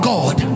God